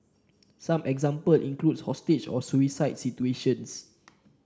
some example include hostage or suicide situations